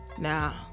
Now